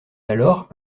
alors